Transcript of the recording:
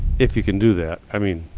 if you can do that. i mean,